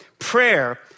Prayer